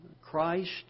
Christ